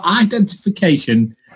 identification